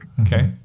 Okay